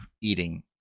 eating